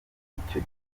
icyo